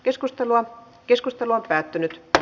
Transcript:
keskustelua ei syntynyt